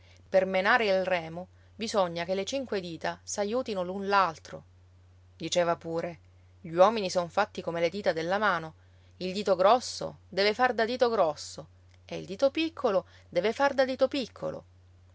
per menare il remo bisogna che le cinque dita s'aiutino l'un l'altro diceva pure gli uomini son fatti come le dita della mano il dito grosso deve far da dito grosso e il dito piccolo deve far da dito piccolo